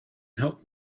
help